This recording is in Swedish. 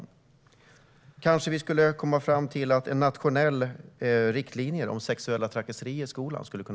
Det kanske kan hjälpa om vi kunde komma fram till nationella riktlinjer om sexuella trakasserier i skolan?